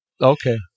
Okay